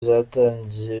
zatangiye